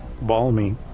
Balmy